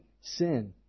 sin